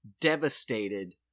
devastated